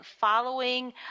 following